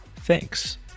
Thanks